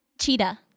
cheetah